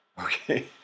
Okay